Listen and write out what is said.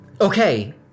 Okay